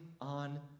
on